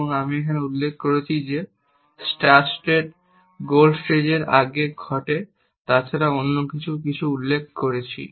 এবং আমি এখানে উল্লেখ করেছি যে স্টার্ট স্টেজ গোল স্টেজের আগে ঘটে তা ছাড়া অন্য কিছু উল্লেখ করেছি